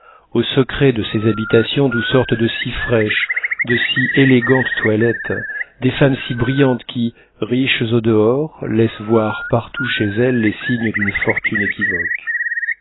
au secret de ces habitations d'où sortent de si fraîches de si élégantes toilettes des femmes si brillantes qui riches au dehors laissent voir partout chez elles les signes d'une fortune équivoque